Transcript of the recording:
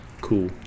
cool